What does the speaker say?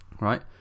right